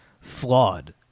flawed